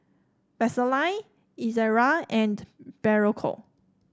Vaselin Ezerra and Berocca